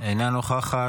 אינה נוכחת.